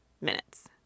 minutes